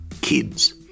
kids